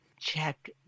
Check